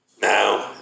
Now